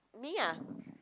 me ah